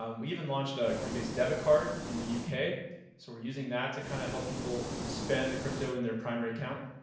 um we even launched a coinbase debit card in the yeah uk. so we're using that to kind of help people spend the crypto in their primary account.